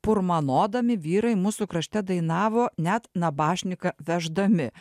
purmanodami vyrai mūsų krašte dainavo net nabašniką veždami